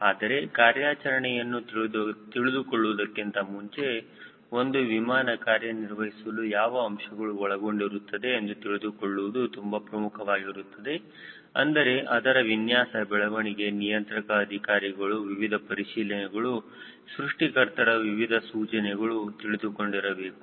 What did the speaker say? ಅದರ ಕಾರ್ಯಾಚರಣೆಯನ್ನು ತಿಳಿದುಕೊಳ್ಳುವುದಕ್ಕಿಂತ ಮುಂಚೆ ಒಂದು ವಿಮಾನ ಕಾರ್ಯನಿರ್ವಹಿಸಲು ಯಾವ ಅಂಶಗಳು ಒಳಗೊಂಡಿರುತ್ತದೆ ಎಂದು ತಿಳಿದುಕೊಳ್ಳುವುದು ತುಂಬಾ ಪ್ರಮುಖವಾಗಿರುತ್ತದೆ ಅಂದರೆ ಅದರ ವಿನ್ಯಾಸ ಬೆಳವಣಿಗೆ ನಿಯಂತ್ರಕ ಅಧಿಕಾರಿಗಳು ವಿವಿಧ ಪರಿಶೀಲನೆಗಳು ಸೃಷ್ಟಿಕರ್ತರ ವಿವಿಧ ಸೂಚನೆಗಳು ತಿಳಿದುಕೊಂಡಿರಬೇಕು